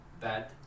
bad